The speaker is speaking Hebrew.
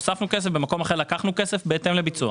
הוספנו כסף ובמקום אחר לקחנו כסף בהתאם לביצוע.